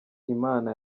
imana